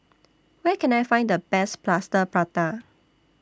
Where Can I Find The Best Plaster Prata